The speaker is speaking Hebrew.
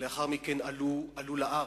ולאחר מכן עלו לארץ.